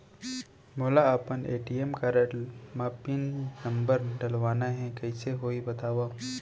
मोला अपन ATM card म पिन नंबर डलवाना हे कइसे होही बतावव?